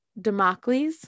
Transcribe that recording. Democles